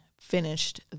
finished